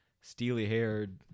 steely-haired